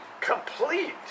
complete